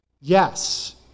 Yes